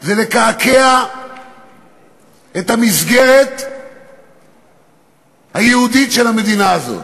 זה לקעקע את המסגרת היהודית של המדינה הזאת.